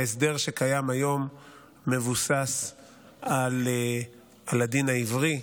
ההסדר שקיים היום מבוסס על הדין העברי,